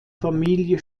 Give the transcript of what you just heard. familie